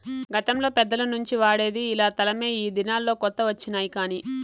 గతంలో పెద్దల నుంచి వాడేది ఇలా తలమే ఈ దినాల్లో కొత్త వచ్చినాయి కానీ